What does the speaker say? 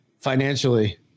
financially